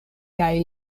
kaj